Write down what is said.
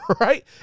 right